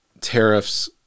tariffs